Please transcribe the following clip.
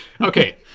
Okay